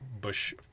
bush